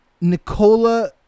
Nicola